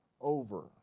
over